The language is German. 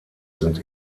sind